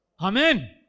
Amen